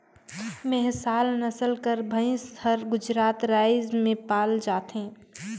मेहसाला नसल कर भंइस हर गुजरात राएज में पाल जाथे